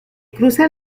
cruza